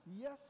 Yes